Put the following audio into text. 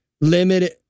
limited